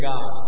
God